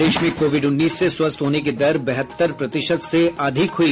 प्रदेश में कोविड उन्नीस से स्वस्थ होने की दर बहत्तर प्रतिशत से अधिक हुई